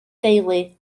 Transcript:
deulu